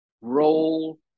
role